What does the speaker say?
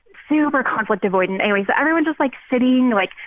super conflict-avoidant. anyways, so everyone's just, like, sitting, like,